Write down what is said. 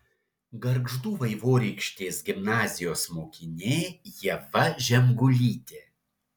gargždų vaivorykštės gimnazijos mokinė ieva žemgulytė